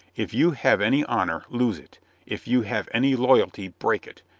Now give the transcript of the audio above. if you have any honor, lose it if you have any loyalty break it,